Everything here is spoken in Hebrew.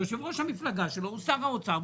יושב-ראש המפלגה שלו הוא שר האוצר,